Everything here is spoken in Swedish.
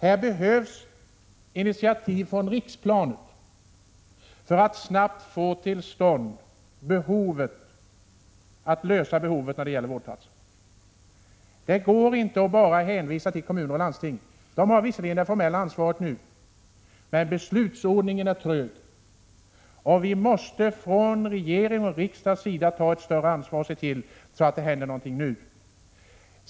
Här behövs initiativ på riksplanet för att vi snabbt skall kunna fylla behovet av vårdplatser. Det går inte att bara hänvisa till kommuner och landsting. De har visserligen det formella ansvaret nu, men beslutsordningen är trög, och vi måste från regering och riksdag ta ett större ansvar och se till att det händer någonting nu.